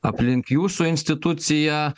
aplink jūsų instituciją